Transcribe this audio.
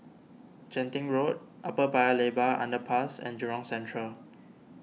Genting Road Upper Paya Lebar Underpass and Jurong Central